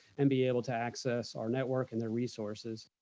and be able to access our network and the resources.